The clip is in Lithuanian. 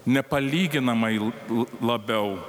nepalyginamai labiau